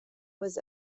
was